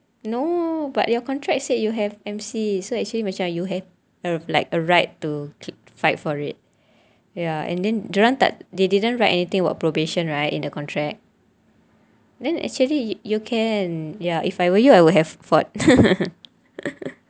no but your contract said you have M_C so actually macam you have like a right to keep fight for it ya and then dia orang tak they didn't write anything about probation right in the contract then actually you can ya if I were you I would have fought